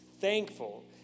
thankful